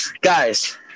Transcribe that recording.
Guys